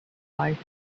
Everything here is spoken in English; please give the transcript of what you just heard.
bicycles